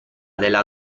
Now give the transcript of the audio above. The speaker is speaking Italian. della